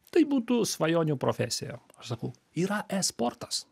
tai būtų svajonių profesija aš sakau yra e sportas